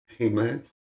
Amen